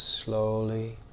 slowly